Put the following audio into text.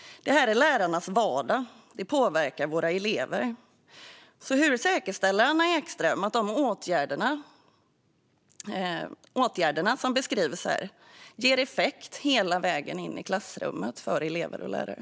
Detta är lärarnas vardag. Det påverkar våra elever. Hur säkerställer Anna Ekström att de åtgärder som beskrivs här ger effekt hela vägen in i klassrummet för elever och lärare?